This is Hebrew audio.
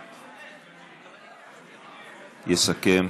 נהרי יסכם.